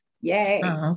Yay